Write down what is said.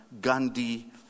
Gandhi